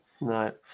Right